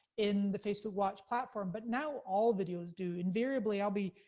in the facebook watch platform, but now, all videos do, and variably, i'll be,